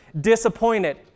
disappointed